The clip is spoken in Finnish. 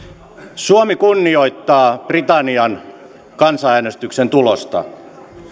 suomi kunnioittaa britannian kansanäänestyksen tulosta